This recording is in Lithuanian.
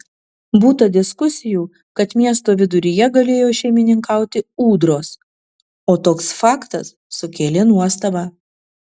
būta diskusijų kad miesto viduryje galėjo šeimininkauti ūdros o toks faktas sukėlė nuostabą